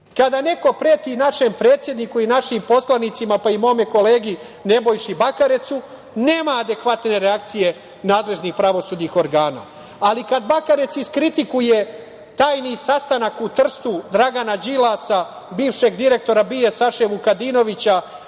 neko preti našem predsedniku i našim poslanicima, pa i mome kolegi Nebojši Bakarecu, nema adekvatne reakcije nadležnih pravosudnih organa. Ali kada Bakarec iskritikuje tajni sastanak u Trstu Dragana Đilasa, bivšeg direktora BIA Saše Vukadinovića